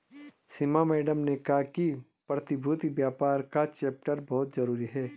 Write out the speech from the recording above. सीमा madam ने कहा कि प्रतिभूति व्यापार का चैप्टर बहुत जरूरी है